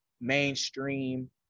mainstream